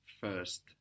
first